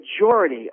majority